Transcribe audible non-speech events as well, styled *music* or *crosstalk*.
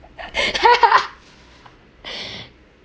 *laughs*